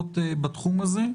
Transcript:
בתחום הזה.